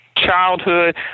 childhood